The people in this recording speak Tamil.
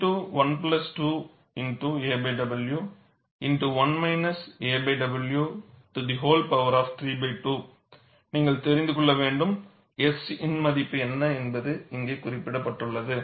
7aw2212 aw1〖aw〗32 நீங்கள் தெரிந்து கொள்ள வேண்டும் S இன் மதிப்பு என்ன என்பது இங்கே குறிப்பிடப்பட்டுள்ளது